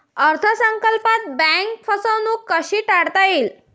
अर्थ संकल्पात बँक फसवणूक कशी टाळता येईल?